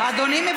אדוני,